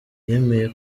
yemeye